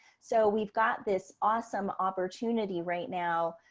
so we've got this awesome opportunity right now.